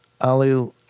Ali